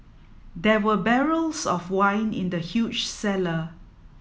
there were barrels of wine in the huge cellar